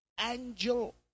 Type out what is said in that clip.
angel